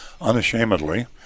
unashamedly